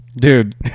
Dude